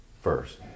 first